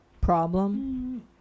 problem